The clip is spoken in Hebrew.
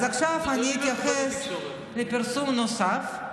אז עכשיו אני אתייחס לפרסום נוסף,